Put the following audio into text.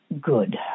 good